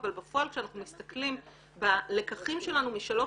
אבל בפועל כשאנחנו מסתכלים בלקחים שלנו משלוש